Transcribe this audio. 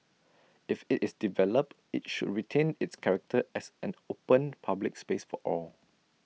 if IT is developed IT should retain its character as an open public space for all